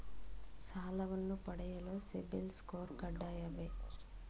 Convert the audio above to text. ಸಾಲವನ್ನು ಪಡೆಯಲು ಸಿಬಿಲ್ ಸ್ಕೋರ್ ಕಡ್ಡಾಯವೇ?